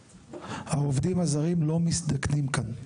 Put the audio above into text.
העובדים הזרים לא מזדקנים כאן.